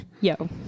Yo